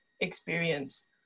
experience